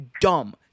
dumb